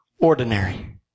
ordinary